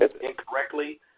incorrectly